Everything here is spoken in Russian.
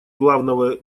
главного